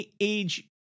age